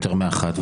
יותר מאחת,